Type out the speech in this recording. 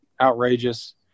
outrageous